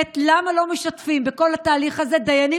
2. למה לא משתפים בכל התהליך הזה דיינים